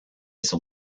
son